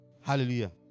Hallelujah